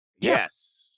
yes